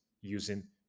using